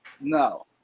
no